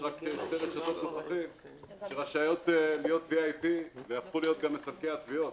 יש רק שתי רשתות מוסכים שרשאיות להיות VIP והפכו להיות ספקי התביעות